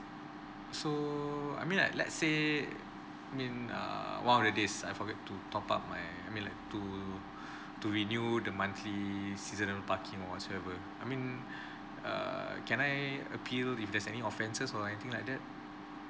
so I mean like let's say mean err one of the days I forget to top up my I mean like to to renew the monthly seasonal parking or whatsoever I mean err can I appeal if there's any offenses or anything like that